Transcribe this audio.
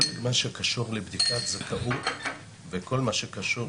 כל מה שקשור לבדיקת זכאות וכל מה שקשור